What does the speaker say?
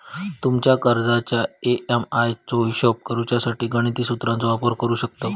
तुमच्या कर्जाच्या ए.एम.आय चो हिशोब करण्यासाठी गणिती सुत्राचो वापर करू शकतव